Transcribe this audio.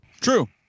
true